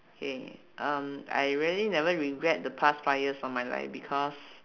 K um I really never regret the past five years of my life because